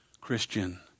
Christian